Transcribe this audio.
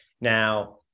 now